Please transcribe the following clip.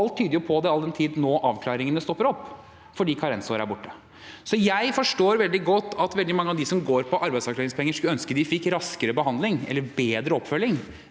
alt tyder på det, all den tid avklaringene nå stopper opp, fordi karensåret er borte. Jeg forstår veldig godt at veldig mange av dem som går på arbeidsavklaringspenger, skulle ønske de fikk raskere behandling eller bedre oppfølging.